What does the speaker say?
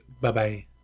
Bye-bye